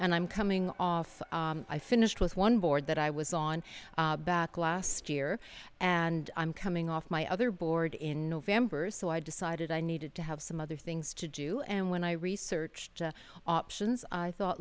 and i'm coming off i finished with one board that i was on back last year and i'm coming off my other board in november so i decided i needed to have some other things to do and when i researched options i thought